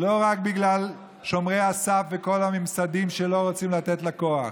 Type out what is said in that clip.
לא רק בגלל שומרי הסף וכל הממסדים שלא רוצים לתת לה כוח,